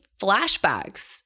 flashbacks